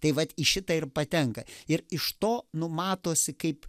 tai vat į šitą ir patenka ir iš to nu matosi kaip